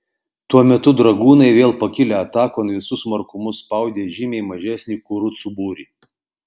tuo metu dragūnai vėl pakilę atakon visu smarkumu spaudė žymiai mažesnį kurucų būrį